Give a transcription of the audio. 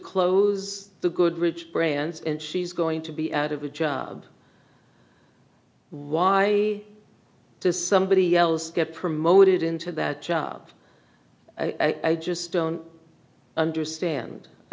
close the goodrich brands and she's going to be out of a job why does somebody else get promoted into that job i just don't understand i